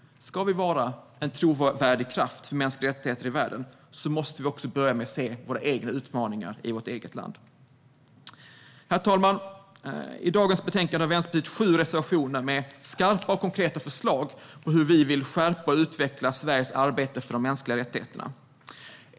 Ska vi vara en trovärdig kraft för mänskliga rättigheter i världen måste vi börja med att se våra egna utmaningar i vårt eget land. Herr talman! I dagens betänkande har Vänsterpartiet sju reservationer med skarpa och konkreta förslag till hur vi vill skärpa och utveckla Sveriges arbete för de mänskliga rättigheterna.